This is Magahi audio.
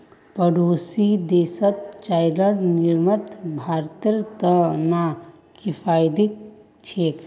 पड़ोसी देशत चाईर निर्यात भारतेर त न किफायती छेक